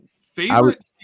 favorite